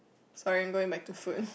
sorry I'm going back to food